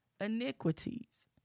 iniquities